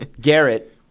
Garrett